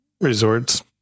resorts